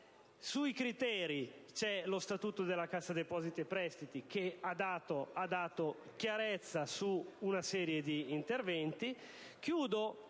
che vi è lo Statuto della Cassa depositi e prestiti che ha fatto chiarezza su una serie di interventi.